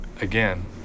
again